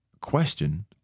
question